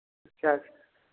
पचास